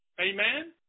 Amen